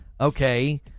okay